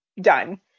done